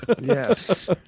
Yes